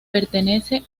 pertenece